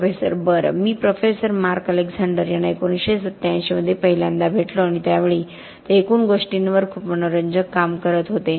professor बरं मी professor Mark Alexander यांना 1987 मध्ये पहिल्यांदा भेटलो आणि त्या वेळी ते एकूण गोष्टींवर खूप मनोरंजक काम करत होते